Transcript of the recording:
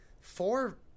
four